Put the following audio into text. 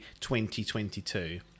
2022